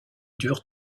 dure